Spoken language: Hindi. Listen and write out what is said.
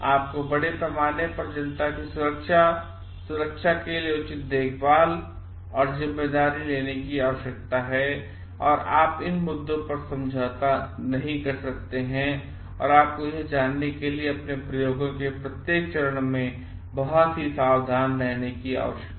आपको बड़े पैमाने पर जनता की सुरक्षा और सुरक्षा के लिए उचित देखभाल और जिम्मेदारी लेने की आवश्यकता है और आप इन मुद्दों पर समझौता नहीं कर सकते हैं और आपको यह जानने के लिए अपने प्रयोगों के प्रत्येक चरण में बेहद सावधान रहने की आवश्यकताहै